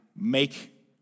make